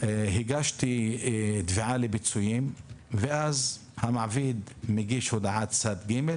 הגשתי תביעה לפיצויים ואז המעביד מגיש הודעת צד ג',